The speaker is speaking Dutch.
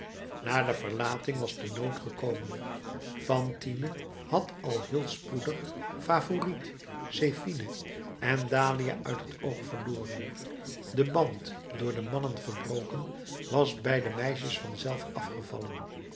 na de verlating was de nood gekomen fantine had al heel spoedig favourite zephine en dahlia uit het oog verloren de band door de mannen gebroken was bij de meisjes vanzelf afgevallen